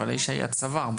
אהל האישה היא הצוואר,